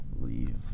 leave